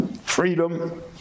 Freedom